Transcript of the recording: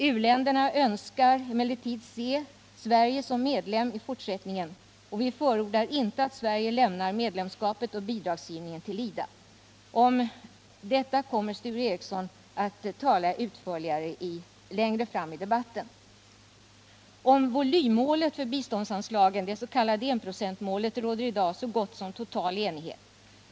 U-länderna önskar emellertid se Sverige som medlem i fortsättningen, men vi förordar inte att Sverige lämnar medlemskapet och bidragsgivningen till IDA. Om detta kommer Sture Ericson att tala utförligare längre fram i debatten. Om volymmålet för biståndsanslagen, det s.k. enprocentsmålet, råder i dag så gott som total enighet.